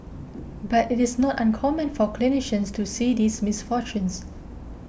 but it is not uncommon for clinicians to see these misfortunes